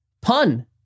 Pun